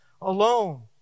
alone